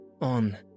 on